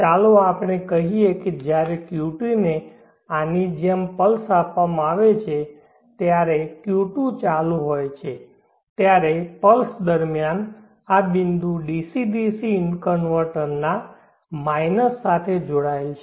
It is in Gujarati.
ચાલો આપણે કહીએ કે જ્યારે Q2 ને આની જેમ પલ્સ આપવામાં આવે છે જ્યારે Q2 ચાલુ હોય ત્યારે પલ્સ સમય દરમિયાન આ બિંદુ ડીસી ડીસી કન્વર્ટરના માઇનસ સાથે જોડાયેલ છે